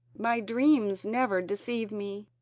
my dreams never deceive me,